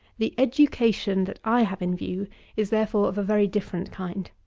the education that i have in view is, therefore, of a very different kind.